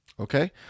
Okay